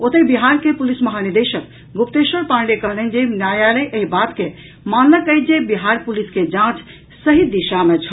ओतहि बिहार के पुलिस महानिदेशक गुप्तेश्वर पांडेय कहलनि जे न्यायालय एहि बात के मानलक अछि जे बिहार पुलिस के जांच सही दिशा मे छल